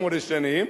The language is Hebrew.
שמונה שנים,